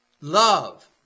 love